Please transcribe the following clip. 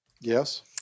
Yes